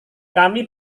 kami